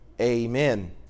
Amen